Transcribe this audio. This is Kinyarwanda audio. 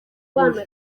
bujuje